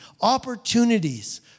opportunities